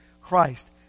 Christ